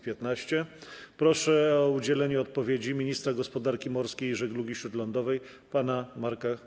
Proszę o udzielenie odpowiedzi ministra gospodarki morskiej i żeglugi śródlądowej pana Marka